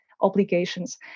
obligations